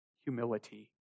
humility